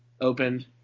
opened